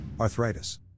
arthritis